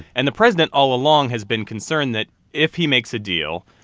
and the president all along has been concerned that if he makes a deal,